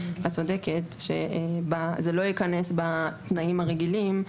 את צודקת שזה לא ייכנס בתנאים הרגילים.